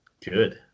Good